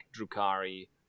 Drukari